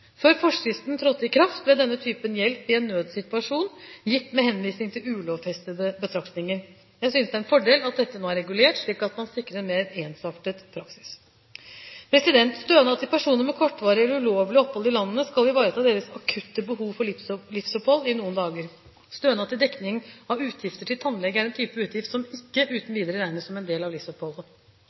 Før forskriften trådte i kraft, ble denne typen hjelp i en nødssituasjon gitt med henvisning til ulovfestede betraktninger. Jeg synes det er en fordel at dette nå er regulert, slik at man sikrer en mer ensartet praksis. Stønad til personer med kortvarig eller ulovlig opphold i landet skal ivareta deres akutte behov for livsopphold i noen dager. Stønad til dekning av utgifter til tannlege er en type utgift som ikke uten videre regnes som en del av